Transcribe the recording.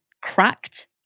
cracked